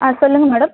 ஆ சொல்லுங்க மேடம்